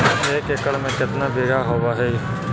एक एकड़ में केतना बिघा होब हइ?